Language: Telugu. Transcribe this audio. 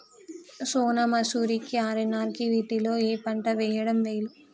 సోనా మాషురి కి ఆర్.ఎన్.ఆర్ వీటిలో ఏ పంట వెయ్యడం మేలు?